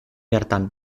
hartan